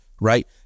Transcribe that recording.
right